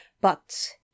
But